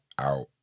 out